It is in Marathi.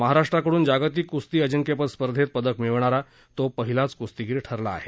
महाराष्ट्राकडून जागतिक कुस्ती अजिंक्यपद स्पर्धेत पदक मिळवणारा तो पहिलाच कुस्तीगीर ठरला आहे